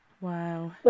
Wow